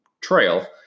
trail